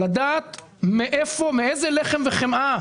לדעת מאיזה לחם וחמאה